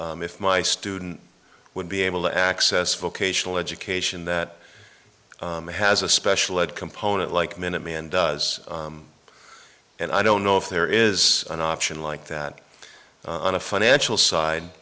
wondering if my student would be able to access vocational education that has a special ed component like minuteman does and i don't know if there is an option like that on a financial side